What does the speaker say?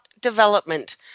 development